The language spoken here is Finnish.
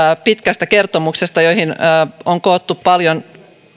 pitkästä kertomuksesta johon on koottu paljon